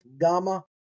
Gamma